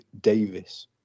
Davis